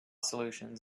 solutions